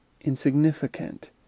insignificant